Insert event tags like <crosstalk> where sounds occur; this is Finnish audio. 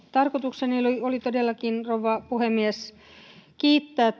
tarkoitukseni oli todellakin rouva puhemies kiittää <unintelligible>